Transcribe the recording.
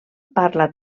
parla